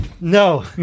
No